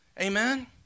Amen